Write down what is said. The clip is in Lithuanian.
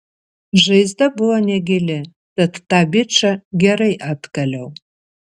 žaizda buvo negili tad tą bičą gerai atkaliau